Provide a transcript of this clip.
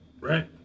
Right